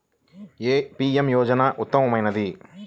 ఏ PM యోజన ఉత్తమమైనది?